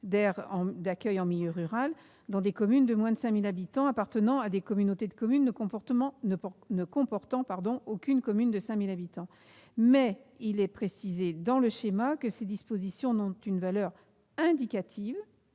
d'accueil en milieu rural, dans des communes de moins de 5 000 habitants, appartenant à des communautés de communes ne comportant aucune commune de plus de 5 000 habitants, mais il est alors précisé dans le schéma que ces dispositions n'ont qu'une valeur indicative